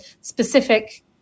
specific